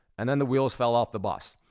and then the wheels fell off the bus,